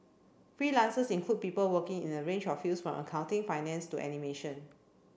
freelancers include people working in a range of fields from accounting finance to animation